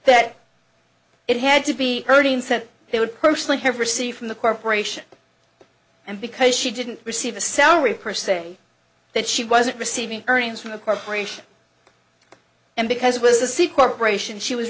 that it had to be earnings that they would personally have received from the corporation and because she didn't receive a salary per se that she wasn't receiving earnings from a corporation and because it was a secret rationed she was